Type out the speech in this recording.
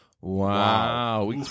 Wow